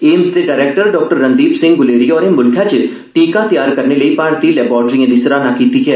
AIIMS दे director doctor Randeep Singh Guleria होरे मुल्खै च टीके तैयार करने लेई भारती लैबाटरिए दी सराहना कीती ऐ